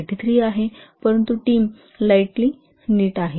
83 आहे परंतु team tightly neat आहे